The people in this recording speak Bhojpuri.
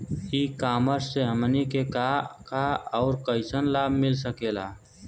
ई कॉमर्स से हमनी के का का अउर कइसन लाभ मिल सकेला?